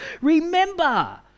remember